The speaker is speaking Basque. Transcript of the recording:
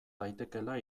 daitekeela